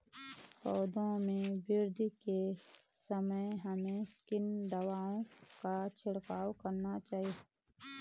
पौधों में वृद्धि के समय हमें किन दावों का छिड़काव करना चाहिए?